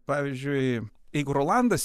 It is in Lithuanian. pavyzdžiui jeigu rolandas